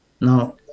Now